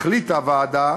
החליטה הוועדה